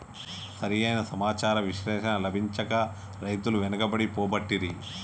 సరి అయిన సమాచార విశ్లేషణ లభించక రైతులు వెనుకబడి పోబట్టిరి